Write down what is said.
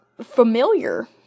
familiar